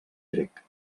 grec